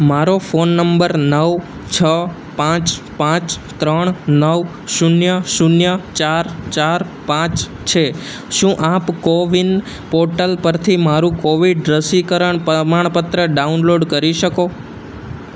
મારો phone number નવ છ પાંચ પાંચ ત્રણ નવ શૂન્ય શૂન્ય ચાર ચાર પાંચ છે શું આપ કોવિન પોર્ટલ પરથી મારું કોવિડ રસીકરણ પ્રમાણપત્ર ડાઉનલોડ કરી શકો